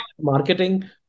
marketing